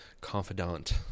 Confidant